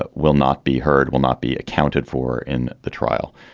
but will not be heard, will not be accounted for in the trial.